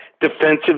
defensive